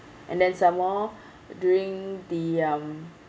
and then some more during the um